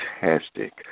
fantastic